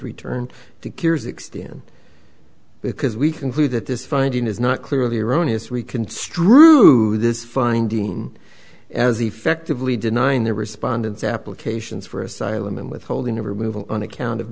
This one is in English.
return to cures extend because we conclude that this finding is not clearly erroneous rican strewed this finding as effectively denying the respondents applications for asylum and withholding every move on account of